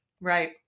Right